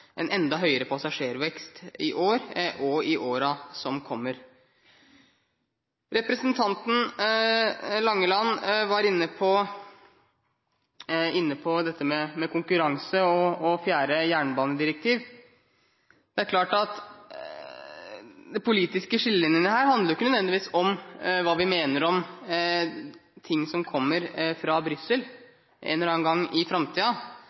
en enda høyere passasjervekst i år og i årene som kommer. Representanten Langeland var inne på dette med konkurranse og det fjerde jernbanedirektivet. De politiske skillelinjene handler ikke nødvendigvis om hva vi mener om ting som kommer fra Brussel en eller annen gang i